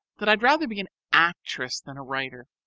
that i'd rather be an actress than a writer.